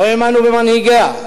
לא האמנו במנהיגיה,